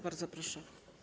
Bardzo proszę.